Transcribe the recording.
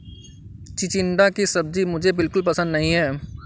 चिचिण्डा की सब्जी मुझे बिल्कुल पसंद नहीं है